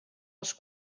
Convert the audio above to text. els